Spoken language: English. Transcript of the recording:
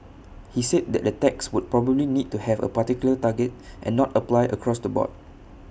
he said that the tax would probably need to have A particular target and not apply across the board